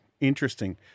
interesting